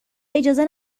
اجازه